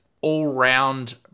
all-round